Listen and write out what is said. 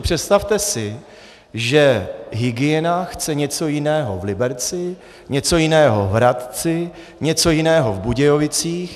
Představte si, že hygiena chce něco jiného v Liberci, něco jiného v Hradci, něco jiného v Budějovicích.